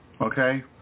Okay